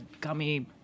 gummy